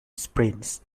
sprints